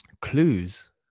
clues